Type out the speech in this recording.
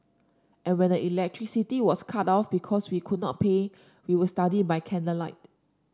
and when the electricity was cut off because we could not pay we would study by candlelight